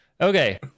Okay